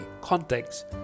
context